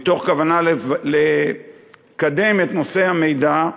מתוך כוונה לקדם את נושא המידע,